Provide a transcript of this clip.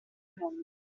mondo